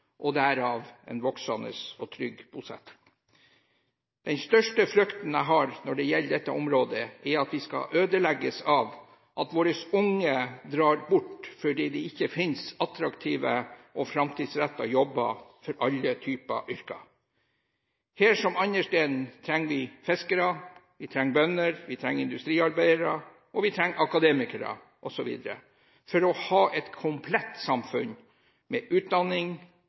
voksende og trygg bosetting. Den største frykten jeg har når det gjelder dette området, er at vi skal ødelegges av at våre unge drar bort fordi det ikke finnes attraktive og framtidsrettede jobber for alle typer yrker. Her som andre steder trenger vi fiskere, bønder, industriarbeidere og akademikere osv. for å ha et komplett samfunn med utdanning,